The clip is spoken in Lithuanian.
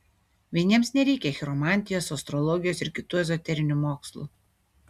vieniems nereikia chiromantijos astrologijos ir kitų ezoterinių mokslų